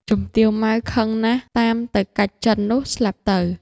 ជំទាវ ម៉ៅ ខឹងណាស់តាមទៅកាច់ចិននោះ ស្លាប់ទៅ ។